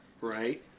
right